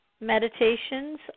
meditations